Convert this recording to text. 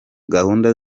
gahunda